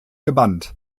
gebannt